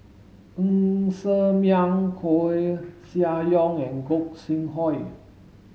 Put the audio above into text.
Ng Ser Miang Koeh Sia Yong and Gog Sing Hooi